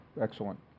excellent